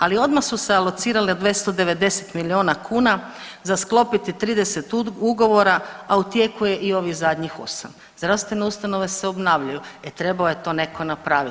Ali odmah su se alocirale 290 milijuna kuna za sklopiti 30 ugovora, a u tijeku je i ovih zadnjih osam, zdravstvene ustanove se obnavljaju e trebao je to neko napravit.